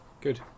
Good